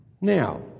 Now